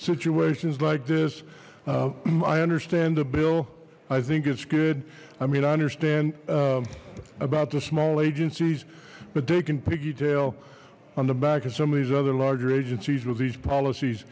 situations like this i understand the bill i think it's good i mean i understand about the small agencies but they can piggy tail on the back of some of these other larger agencies with these policies